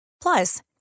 Plus